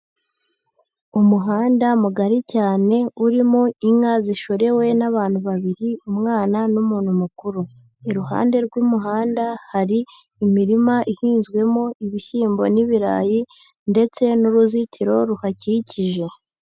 Umuhanda mugari cyane urimo inka zishorewe n'abantu babiri umwana n'umuntu mukuru, iruhande rw'umuhanda hari imirima ihinzwemo ibishyimbo n'ibirayi ndetse n'uruzitiro ruhakikije.